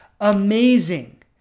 amazing